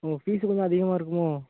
ஓ fees கொஞ்சம் அதிகமாக இருக்குமோ